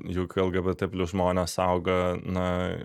juk lgbt plius žmonės auga na